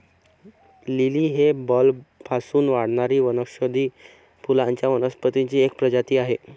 lily ही बल्बपासून वाढणारी वनौषधी फुलांच्या वनस्पतींची एक प्रजाती आहे